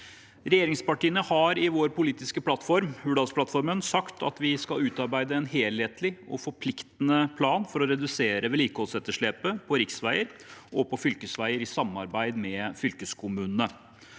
Regjeringspartiene har i sin politiske plattform, Hurdalsplattformen, sagt at vi skal utarbeide en helhetlig og forpliktende plan for å redusere vedlikeholdsetterslepet på riksveier og fylkesveier i samarbeid med fylkeskommunene.